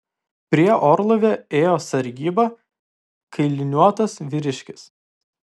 prie orlaivio ėjo sargybą kailiniuotas vyriškis